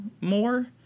more